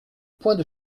points